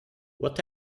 what